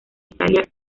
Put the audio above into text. italia